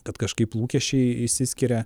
kad kažkaip lūkesčiai išsiskiria